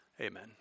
Amen